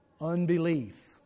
Unbelief